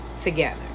together